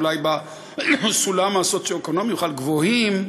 אולי בסולם הסוציו-אקונומי הם בכלל גבוהים,